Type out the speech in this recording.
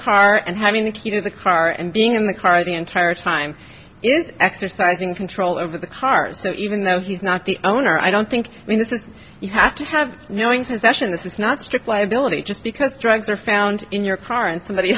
car and having the key to the car and being in the car the entire time is exercising control over the cars so even though he's not the owner i don't think i mean this is you have to have knowing possession it's not strict liability just because drugs are found in your car and somebody